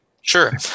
Sure